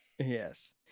Yes